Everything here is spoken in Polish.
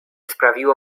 sprawiło